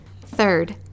Third